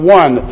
one